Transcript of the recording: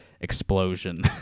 explosion